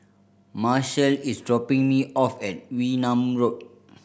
marshall is dropping me off at Wee Nam Road